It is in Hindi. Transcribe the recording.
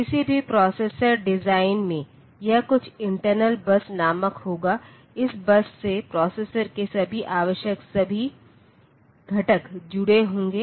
किसी भी प्रोसेसर डिजाइन में यह कुछ इंटरनल बस नामक होगा इस बस से प्रोसेसर के लिए आवश्यक सभी घटक जुड़े होंगे